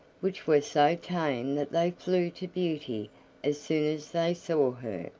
which were so tame that they flew to beauty as soon as they saw her,